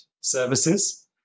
services